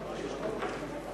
שימור אתרים.